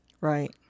Right